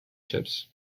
ships